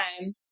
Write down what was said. time